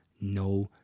no